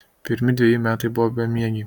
pirmi dveji metai buvo bemiegiai